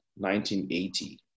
1980